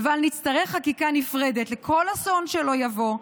לבל נצטרך חקיקה נפרדת לכל אסון שלא יבוא,